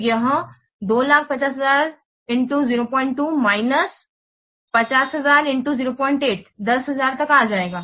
तो यह 250000 02 माइनस 5000008 10000 तक आ जाएगा